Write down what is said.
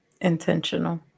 Intentional